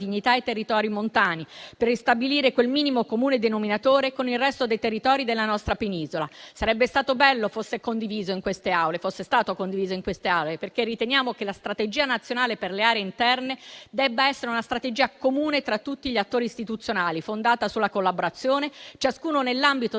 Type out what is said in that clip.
dignità ai territori montani e ristabilire quel minimo comune denominatore con il resto dei territori della nostra penisola. Sarebbe stato bello fosse stato condiviso in queste Aule, perché riteniamo che la strategia nazionale per le aree interne debba essere una strategia comune tra tutti gli attori istituzionali, fondata sulla collaborazione, ciascuno nell'ambito